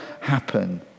happen